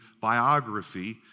biography